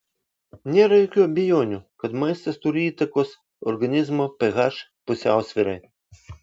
nėra jokių abejonių kad maistas turi įtakos organizmo ph pusiausvyrai